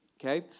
Okay